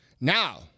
Now